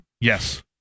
Yes